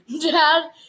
Dad